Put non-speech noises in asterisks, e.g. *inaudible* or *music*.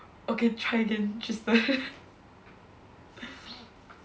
okay try again Tristen *laughs*